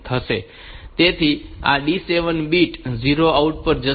તેથી આ D7 bit 0 output પર જશે